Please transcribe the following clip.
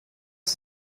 ist